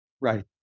Right